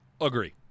Agree